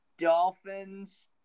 Dolphins